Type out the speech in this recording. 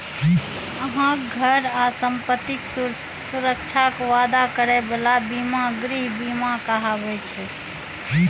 अहांक घर आ संपत्तिक सुरक्षाक वादा करै बला बीमा गृह बीमा कहाबै छै